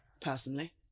Personally